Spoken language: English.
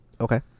okay